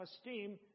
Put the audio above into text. esteem